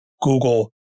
Google